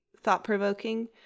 thought-provoking